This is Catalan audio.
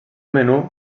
menú